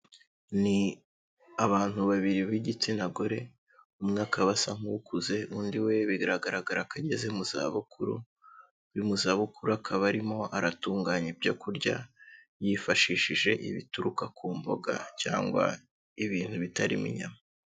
Ni abantu babiri b'igitsina gore, umwe akaba asa nk'ukuze undi we biragaragara ko ageze mu zabukuru, uri mu zabukuru akaba arimo aratunganya ibyo kurya, yifashishije ibituruka ku mboga cyangwa ibintu bitarimo inyama.